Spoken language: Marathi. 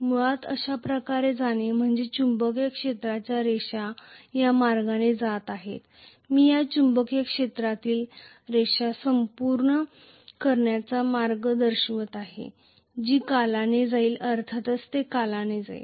मुळात अशा प्रकारे जाणे म्हणजे चुंबकीय क्षेत्राच्या रेषा या मार्गाने जात आहेत मी या चुंबकीय क्षेत्रातील रेषा पूर्ण करण्याचा मार्ग दर्शवित नाही जी योक द्वारे जाईल अर्थातच ते योक द्वारे जाईल